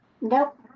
Nope